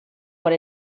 what